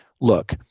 look